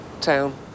Town